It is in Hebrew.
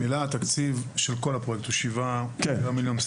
התקציב של כל הפרויקט הוא 7.1 מיליון,